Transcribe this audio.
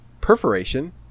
perforation